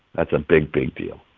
that's a big, big deal.